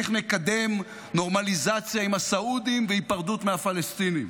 איך נקדם נורמליזציה עם הסעודים והיפרדות מהפלסטינים.